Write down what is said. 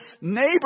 neighbor